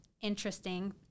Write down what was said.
interesting